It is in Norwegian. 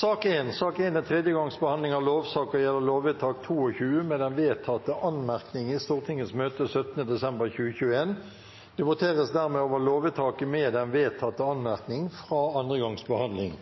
Sak nr. 1 er tredje gangs behandling av lovsak og gjelder lovvedtak 22 med den vedtatte anmerkning i Stortingets møte 17. desember 2021. Det voteres over lovvedtaket med den vedtatte anmerkning fra andre gangs behandling.